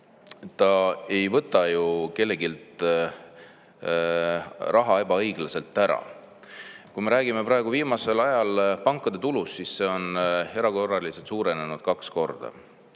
ta ei võta ju kelleltki raha ebaõiglaselt ära. Kui me räägime viimasel ajal pankade tulust, siis see on erakorraliselt suurenenud kaks korda.